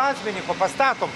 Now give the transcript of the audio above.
akmenį pastatom